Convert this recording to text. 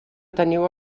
teniu